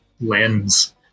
lens